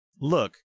Look